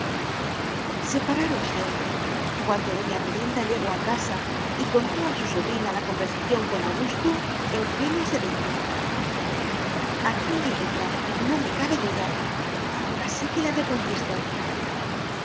separáronse cuando doña ermelinda llegó a casa y contó a su sobrina la conversación con augusto eugenia se dijo aquí hay otra no me cabe duda ahora sí que le reconquisto